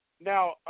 Now